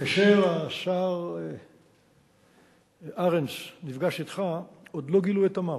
כאשר השר ארנס נפגש אתך עוד לא גילו את "תמר".